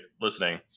listening